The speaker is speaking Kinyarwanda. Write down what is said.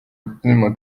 ubuzima